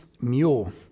mule